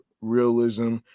realism